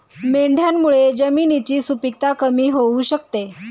मेंढ्यांमुळे जमिनीची सुपीकता कमी होऊ शकते